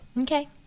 Okay